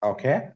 Okay